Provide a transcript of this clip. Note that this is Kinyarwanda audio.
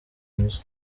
nzu